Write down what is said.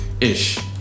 ish